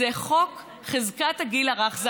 זה חוק חזקת הגיל הרך.